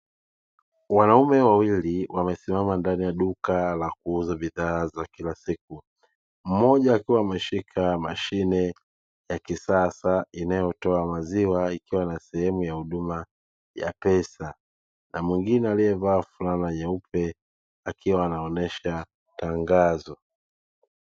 Wanaume wawili wamesimama ndani ya duka la kuuza bidhaa za kila siku. Mmoja akiwa ameshika mashine ya kisasa inayotoa maziwa, ikiwa na sehemu ya huduma ya pesa. Na mwingine aliyevaa fulana nyeupe, akiwa anaonyesha tangazo.